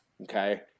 okay